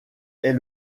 est